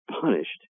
punished